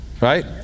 right